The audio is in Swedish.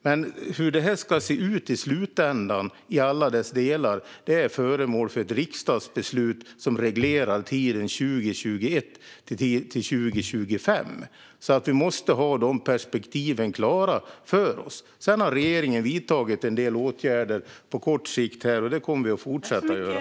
Men hur detta i slutändan ska se ut i alla sina delar är föremål för ett riksdagsbeslut som reglerar tiden 2021-2025. Vi måste alltså ha de perspektiven klara för oss. Regeringen har dessutom vidtagit en del åtgärder på kort sikt, och det kommer vi att fortsätta att göra.